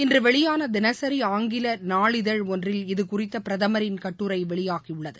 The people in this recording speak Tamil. இன்று வெளியான தினசரி ஆங்கில நாளிதழ் ஒன்றில் இதுகுறித்த பிரதமரின் கட்டுரை வெளியாகியுள்ளது